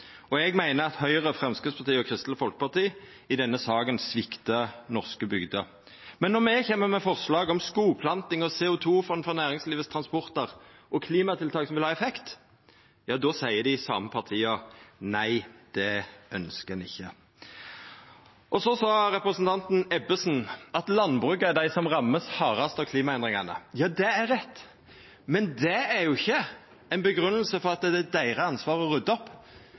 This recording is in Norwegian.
Eg meiner at Høgre, Framstegspartiet og Kristeleg Folkeparti i denne saka sviktar norske bygder. Men når me kjem med forslag om skogplanting, CO2-fond for transporten til næringslivet og klimatiltak som vil ha effekt, seier dei same partia nei, det ønskjer ein ikkje. Representanten Ebbesen sa at landbruket er dei som vert ramma hardast av klimaendringane. Ja, det er rett, men det er jo ikkje ei grunngjeving for at det er deira ansvar å rydda opp.